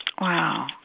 Wow